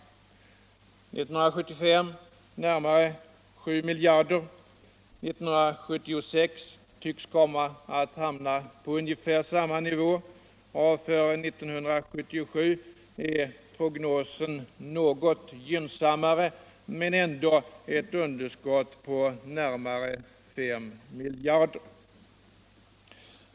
År 1975 var underskottet närmare 7 miljarder, för 1976 tycks det komma att hamna på ungefär samma nivå, och för 1977 är prognosen något gynnsammare men visar ändå på ett underskott av närmare 5 miljarder.